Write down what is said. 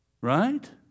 right